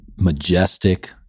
majestic